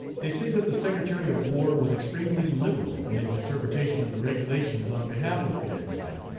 they say that the secretary of war was extremely liberal in his interpretation of the regulations on behalf of cadet smith,